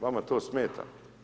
Vama to smeta.